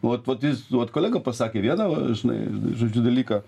vat vat jis vat kolega pasakė vieną žinai žodžiu dalyką